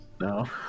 No